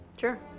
sure